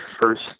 first